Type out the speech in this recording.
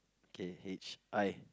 okay H I